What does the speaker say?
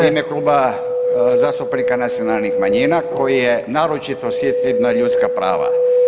U ime Kluba zastupnika nacionalnih manjina koji je naročito osjetljiv na ljudska prava.